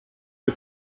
der